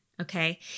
Okay